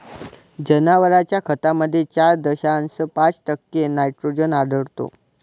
जनावरांच्या खतामध्ये चार दशांश पाच टक्के नायट्रोजन आढळतो